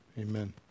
Amen